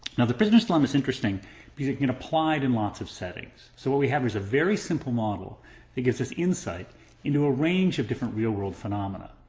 now the prisoner's dilemma is interesting because you can apply it and lots of settings. so what we have is a very simple model that gives us insight into a range of different real world phenomena.